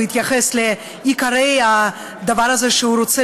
הוא התייחס לעיקרי הדבר הזה שהוא רוצה